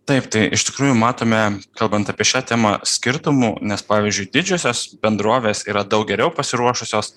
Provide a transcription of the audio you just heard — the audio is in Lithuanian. taip tai iš tikrųjų matome kalbant apie šią temą skirtumų nes pavyzdžiui didžiosios bendrovės yra daug geriau pasiruošusios